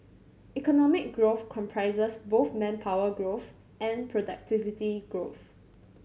economic growth comprises both manpower growth and productivity growth